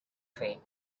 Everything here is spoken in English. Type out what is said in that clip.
fame